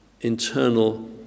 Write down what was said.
internal